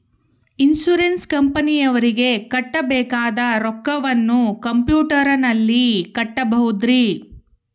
Insurance ಕಂಪನಿಯವರಿಗೆ ಕಟ್ಟಬೇಕಾದ ರೊಕ್ಕವನ್ನು ಕಂಪ್ಯೂಟರನಲ್ಲಿ ಕಟ್ಟಬಹುದ್ರಿ?